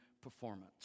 performance